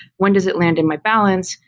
when does it land in my balance,